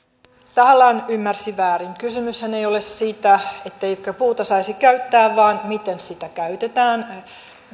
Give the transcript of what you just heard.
tahallaan ymmärsi väärin kysymyshän ei ole siitä etteikö puuta saisi käyttää vaan siitä miten sitä käytetään